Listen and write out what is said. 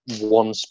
one